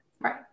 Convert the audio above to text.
right